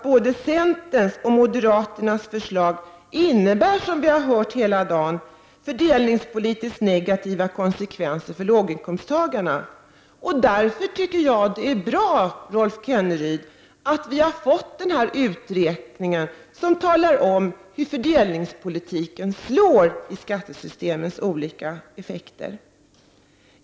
Både centerns och moderaternas förslag innebär, som vi här har hört hela dagen, fördelningspolitiskt negativa konsekvenser för låginkomsttagarna. Därför är det bra, Rolf Kenneryd, att vi har fått den här uträkningen som visar hur fördelningspolitiken påverkas av skattereformens olika effekter.